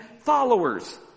followers